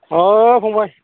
अ फंबाय